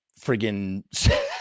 friggin